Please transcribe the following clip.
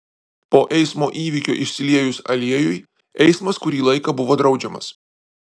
po eismo įvykio išsiliejus aliejui eismas kurį laiką buvo draudžiamas